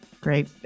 great